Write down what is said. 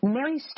Mary